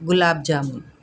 gulab jamun